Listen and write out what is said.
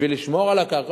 בשביל לשמור על הקרקע.